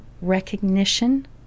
recognition